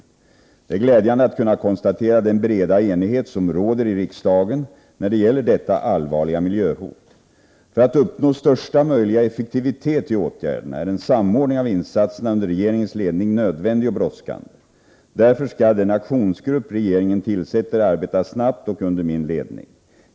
É Det är glädjande att kunna konstatera den breda enighet som råder i riksdagen när det gäller detta allvarliga miljöhot. För att uppnå största möjliga effektivitet i åtgärderna är en samordning av insatserna under regeringens ledning nödvändig och brådskande. Därför skall den aktionsgrupp regeringen tillsätter arbeta snabbt och under min ledning.